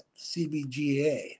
CBGA